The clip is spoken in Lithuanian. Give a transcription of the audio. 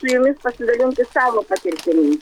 su jumis pasidalinti savo patirtimi